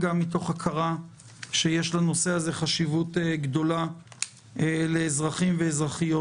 מתוך הכרה שיש לנושא הזה חשיבות לאזרחים ולאזרחיות